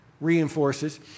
reinforces